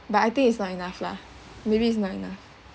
but I think it's not enough lah maybe it's not enough